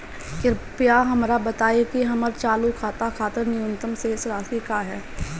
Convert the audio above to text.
कृपया हमरा बताइं कि हमर चालू खाता खातिर न्यूनतम शेष राशि का ह